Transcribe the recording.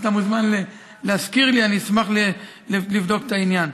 אתה מוזמן להזכיר לי, אני אשמח לבדוק את העניין.